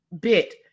bit